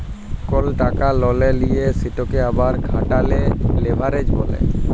call টাকা ললে লিঁয়ে সেটকে আবার খাটালে লেভারেজ ব্যলে